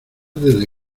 desde